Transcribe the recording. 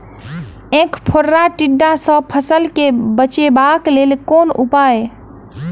ऐंख फोड़ा टिड्डा सँ फसल केँ बचेबाक लेल केँ उपाय?